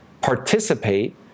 participate